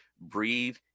breathe